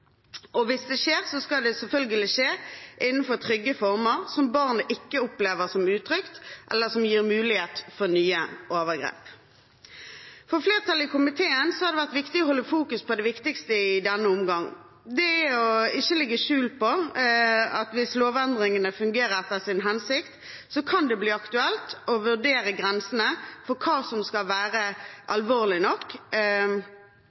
og hvis det skjer, skal det selvfølgelig skje innenfor trygge rammer, som barnet ikke opplever som utrygt, eller som gir mulighet for nye overgrep. For flertallet i komiteen har det vært viktig å fokusere på det viktigste i denne omgang. Det er ikke til å legge skjul på at hvis lovendringene fungerer etter sin hensikt, kan det bli aktuelt som dommer å vurdere grensene for hva som skal være